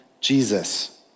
Jesus